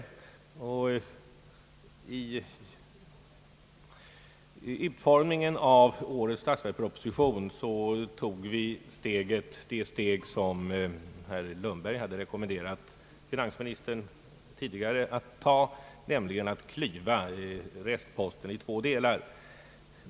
Vid utformningen av årets statsverksproposition tog vi det steg som herr Lundberg tidigare hade rekommenderat finansministern att ta, nämligen att klyva restposten i två delar.